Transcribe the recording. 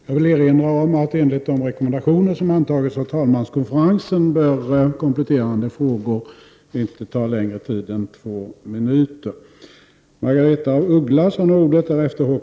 Jag vill erinra om att enligt de rekommendationer som antagits av talmanskonferensen bör kompletterande frågor inte ta längre tid än två minuter i anspråk.